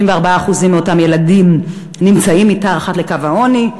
64% מאותם ילדים נמצאים מתחת לקו העוני,